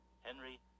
Henry